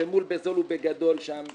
זה מול ב"זול ובגדול" שם,